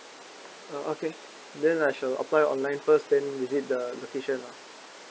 uh okay then I should apply online first then visit the location lah